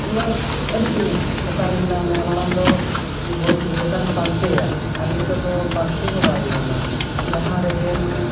ᱢᱟᱛᱞᱟᱵ ᱟᱹᱰᱤ ᱡᱤᱱᱤᱥ ᱚᱠᱟᱨᱮ ᱢᱮᱱᱟᱜ ᱢᱮᱭᱟ ᱢᱟᱲᱟᱝ ᱫᱚ ᱡᱚᱴᱟᱢ ᱯᱟᱱᱛᱮᱭᱟ ᱟᱨ ᱱᱤᱛᱳᱜ ᱫᱚ ᱯᱟᱱᱛᱮ ᱦᱚᱸ ᱵᱟᱭ ᱦᱩᱭᱩᱜᱼᱟ ᱡᱟᱦᱟᱸ ᱨᱮᱜᱮᱢ